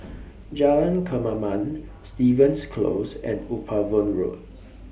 Jalan Kemaman Stevens Close and Upavon Road